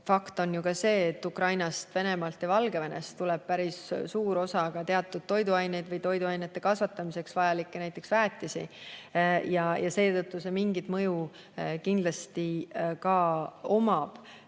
fakt on ju ka see, et Ukrainast, Venemaalt ja Valgevenest tuleb päris suur osa teatud toiduaineid või näiteks toiduainete kasvatamiseks vajalikke väetisi ja see mingit mõju kindlasti omab.